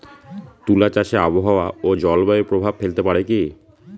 তুলা চাষে আবহাওয়া ও জলবায়ু প্রভাব ফেলতে পারে কি?